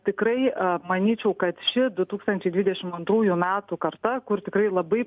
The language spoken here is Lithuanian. tikrai manyčiau kad ši du tūkstančiai dvidešim antrųjų metų karta kur tikrai labai